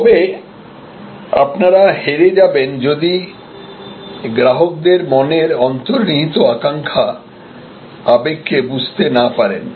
তবে আপনারা হেরে যাবেন যদি গ্রাহকদের মনের অন্তর্নিহিত আকাঙ্ক্ষা আবেগকে বুঝতে না পারেন